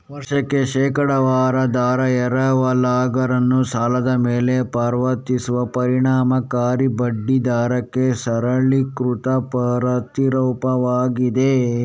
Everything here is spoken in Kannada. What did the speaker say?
ವಾರ್ಷಿಕ ಶೇಕಡಾವಾರು ದರ ಎರವಲುಗಾರನು ಸಾಲದ ಮೇಲೆ ಪಾವತಿಸುವ ಪರಿಣಾಮಕಾರಿ ಬಡ್ಡಿ ದರಕ್ಕೆ ಸರಳೀಕೃತ ಪ್ರತಿರೂಪವಾಗಿದೆ